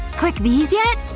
click these yet?